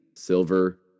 silver